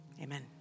amen